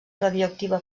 radioactiva